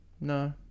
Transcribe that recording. no